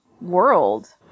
world